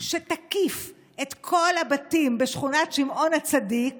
שתקיף את כל הבתים בשכונת שמעון הצדיק